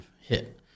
hit